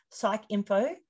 PsychInfo